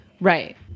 Right